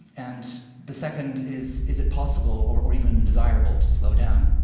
and the second is, is it possible, or or even desirable, to slow down?